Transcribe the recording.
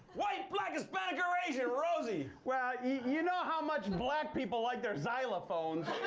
white, black, hispanic or asian, rosie? well, you know how much black people like their xylophones.